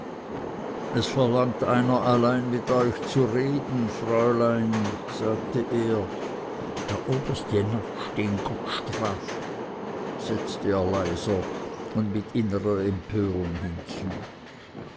es verlangt einer allein mit euch zu reden fräulein sagte er der oberst jenatsch den gott strafe setzte er leiser und mit innerer empörung hinzu